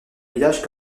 villages